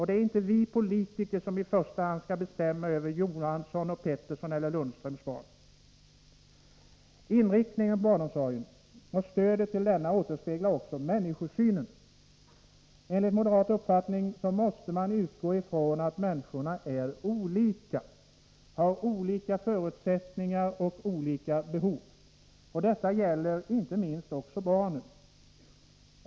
Det är inte vi politiker som i första hand skall bestämma över Johanssons, Petterssons eller Lundströms barn. Inriktningen av barnomsorgen och stödet till denna återspeglar också människosynen. Enligt moderat uppfattning måste man utgå från att människor är olika, har olika förutsättningar och olika behov. Detta gäller inte minst barnen.